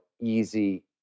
easy